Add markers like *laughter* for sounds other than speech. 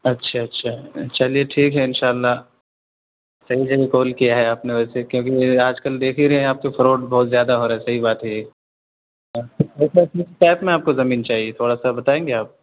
اچھا اچھا چلیے ٹھیک ہے ان شاء اللہ صحیح جگہ کال کیا ہے آپ نے ویسے کہ ابھی آج کل دیکھ ہی رہے ہیں آپ کہ فراڈ بہت زیادہ ہو رہا ہے صحیح بات ہے یہ *unintelligible* کس ٹائپ میں آپ زمین چاہیے تھوڑا سا بتائیں گے آپ